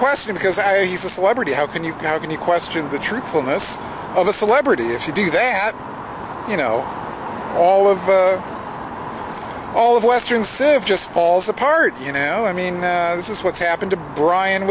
questioned because i use a celebrity how can you have any question the truthfulness of a celebrity if you do that you know all of all of western civ just falls apart you know i mean this is what's happened to brian